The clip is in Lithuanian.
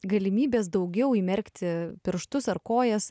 galimybės daugiau įmerkti pirštus ar kojas